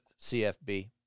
CFB